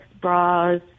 bras